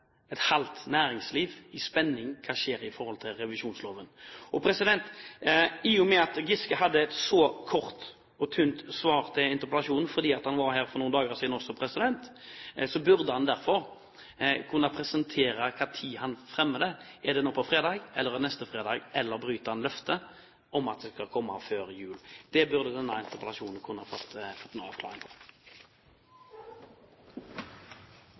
et halvt næringsliv i spenning: Hva skjer i forhold til revisjonsloven? I og med at Giske hadde et så kort og tynt svar på interpellasjonen fordi han var her for noen dager siden også, burde han kunne presentere når han fremmer det. Er det nå på fredag, eller er det neste fredag, eller bryter han løftet om at det skal komme før jul? Det burde en med denne interpellasjonen kunne få en avklaring på.